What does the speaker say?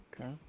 Okay